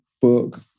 book